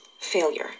Failure